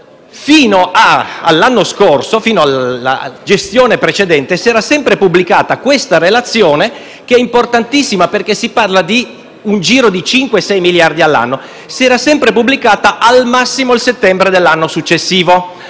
Fino all'anno scorso, fino alla gestione precedente, era sempre stata pubblicata questa relazione, che è importantissima perché si parla di un giro di cinque o sei miliardi all'anno. Era sempre stata pubblicata al massimo a settembre dell'anno successivo